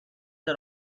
are